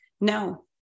No